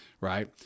right